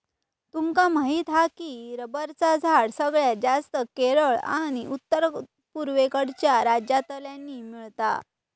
तुमका माहीत हा की रबरचा झाड सगळ्यात जास्तं केरळ आणि उत्तर पुर्वेकडच्या राज्यांतल्यानी मिळता